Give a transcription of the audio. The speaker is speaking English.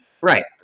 right